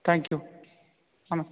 thank you ஆம